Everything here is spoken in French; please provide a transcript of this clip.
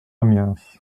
amiens